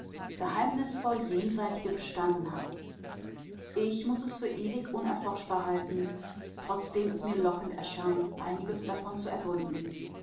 jenseitige bestanden hat ich muß es für ewig unerforschbar halten trotzdem es mir lockend erscheint einiges davon zu ergründen